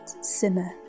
simmer